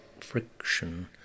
friction